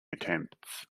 attempts